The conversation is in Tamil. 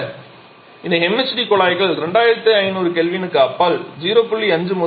பொதுவாக இந்த MHD குழாய்களை 2500 K க்கு அப்பால் 0